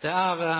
det